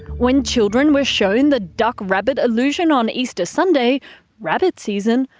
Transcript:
when children were shown the duck-rabbit illusion on easter sunday rabbit season,